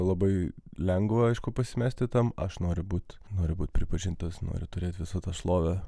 labai lengva aišku pasimesti tam aš noriu būti nori būti pripažintas noriu turėti visą tą šlovę